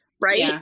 Right